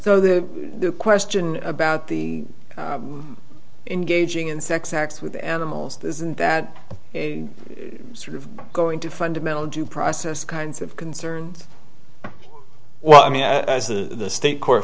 so the question about the engaging in sex acts with animals isn't that sort of going to fundamental due process kinds of concerns well i mean as the state court